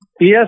Yes